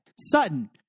Sutton